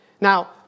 Now